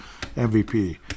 MVP